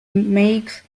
makes